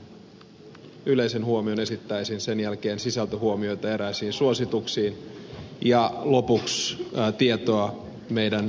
ensin muutaman yleisen huomion esittäisin sen jälkeen sisältöhuomioita eräisiin suosituksiin ja lopuksi tietoa meidän jatkoprosessistamme